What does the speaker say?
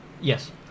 Yes